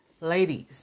Ladies